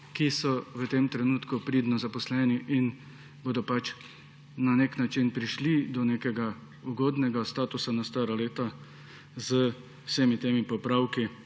ki so v tem trenutku pridno zaposleni in bodo na neki način prišli do nekega ugodnega statusa na stara leta z vsemi temi popravki,